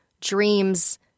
dreams